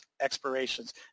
expirations